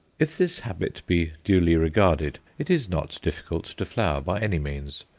if this habit be duly regarded, it is not difficult to flower by any means,